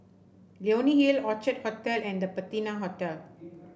Leonie Hill Orchid Hotel and The Patina Hotel